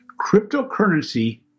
cryptocurrency